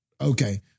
Okay